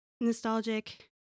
nostalgic